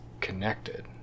connected